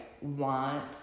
want